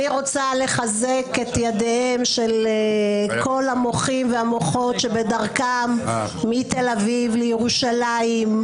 אני רוצה לחזק את ידיהם של כל המוחים והמוחות שבדרכם מתל אביב לירושלים,